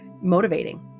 motivating